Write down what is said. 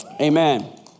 Amen